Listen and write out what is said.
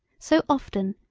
so often,